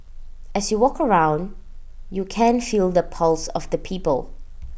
as you walk around you can feel the pulse of the people